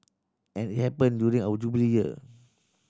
and it happen during our Jubilee Year